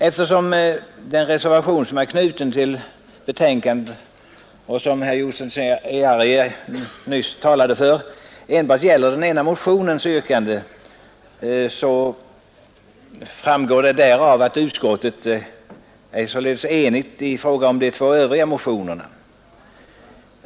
Eftersom den reservation som är knuten till betänkandet, och som herr Josefson i Arrie nyss talade för, enbart gäller den ena motionens yrkande är utskottet således enigt i fråga om de två övriga motionerna.